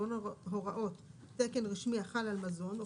ובין הוראות תקן רשמי החל על מזון או